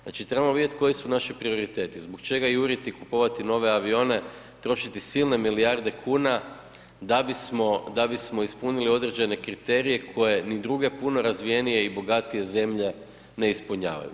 Znači moramo vidjeti koji su naši prioriteti, zbog čega juriti i kupovati nove avione, trošiti silne milijarde kuna da bismo ispunili određene kriterije koje ni druge puno razvijenije i bogatije zemlje ne ispunjavaju.